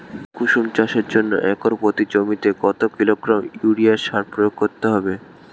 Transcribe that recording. কুসুম চাষের জন্য একর প্রতি জমিতে কত কিলোগ্রাম ইউরিয়া সার প্রয়োগ করতে হবে?